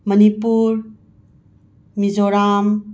Manipur Mizoram